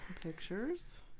Pictures